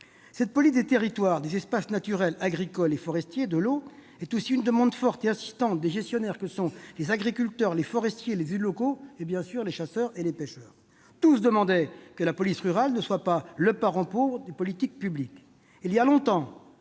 Cette police des territoires, des espaces naturels, agricoles et forestiers et de l'eau est aussi une demande forte et insistante des gestionnaires que sont les agriculteurs, les forestiers, les élus locaux et, bien sûr, les chasseurs et les pêcheurs. Tous demandaient que la police rurale ne soit pas le parent pauvre des politiques publiques. Il y a longtemps